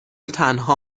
تنها